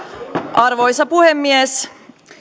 arvoisa puhemies